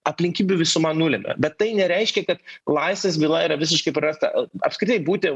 aplinkybių visuma nulemia bet tai nereiškia kad klasės byla yra visiškai prasta apskritai būti